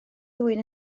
ddwyn